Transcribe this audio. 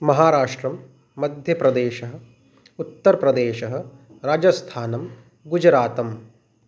महाराष्ट्रं मध्यप्रदेशः उत्तरप्रदेशः राजस्थानं गुजरातम्